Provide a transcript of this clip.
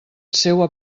seua